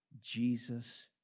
Jesus